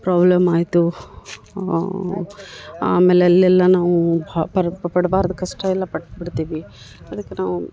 problem ಆಯಿತು ಆಮೇಲೆ ಅಲ್ಲೆಲ್ಲ ನಾವು ಹ್ ಪಡ್ಬಾರ್ದ ಕಷ್ಟ ಎಲ್ಲ ಪಟ್ಬಿಡ್ತೀವಿ ಅದಕ್ಕೆ ನಾವು